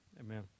amen